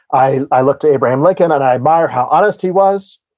i i look to abraham lincoln, and i admire how honest he was.